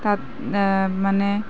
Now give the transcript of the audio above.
তাত মানে